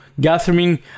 gathering